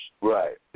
Right